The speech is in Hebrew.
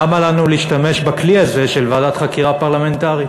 למה לנו להשתמש בכלי הזה של ועדת חקירה פרלמנטרית?